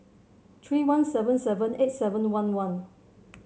three one seven seven eight seven one one